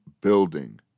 building